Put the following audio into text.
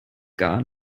gar